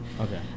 Okay